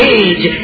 age